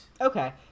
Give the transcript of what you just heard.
Okay